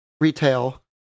retail